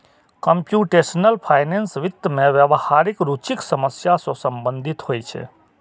computational finance वित्त मे व्यावहारिक रुचिक समस्या सं संबंधित होइ छै